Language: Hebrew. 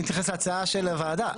אני מתייחס להצעה של הוועדה.